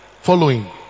following